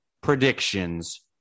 predictions